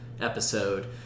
episode